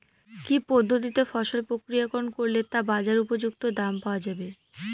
কি পদ্ধতিতে ফসল প্রক্রিয়াকরণ করলে তা বাজার উপযুক্ত দাম পাওয়া যাবে?